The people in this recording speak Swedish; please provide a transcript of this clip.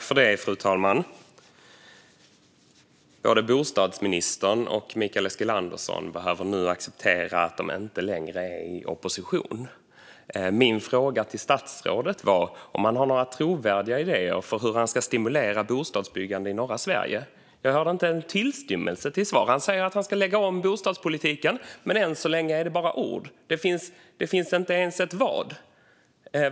Fru talman! Både bostadsministern och Mikael Eskilandersson behöver nu acceptera att de inte längre är i opposition. Min fråga till statsrådet var om han har några trovärdiga idéer för att stimulera bostadsbyggande i norra Sverige. Jag hörde inte en tillstymmelse till svar. Han säger att han ska lägga om bostadspolitiken, men än så länge är det bara ord. Det finns inte ens ett "vad".